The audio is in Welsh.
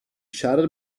siarad